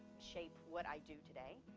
shape what i do today,